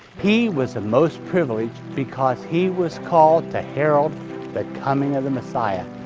he was the most privileged because he was called to herald the coming of the messiah,